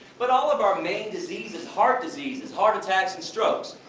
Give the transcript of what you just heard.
but all of our main diseases, heart diseases, heart attacks and strokes,